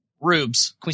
Rubes